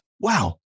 Wow